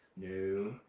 no.